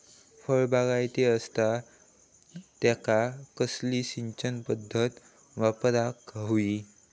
फळबागायती असता त्यांका कसली सिंचन पदधत वापराक होई?